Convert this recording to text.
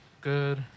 Good